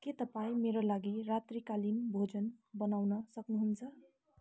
के तपाईँ मेरा लागि रात्रिकालीन भोजन बनाउन सक्नुहुन्छ